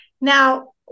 Now